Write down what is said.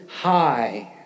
high